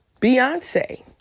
Beyonce